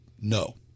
No